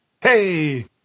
Hey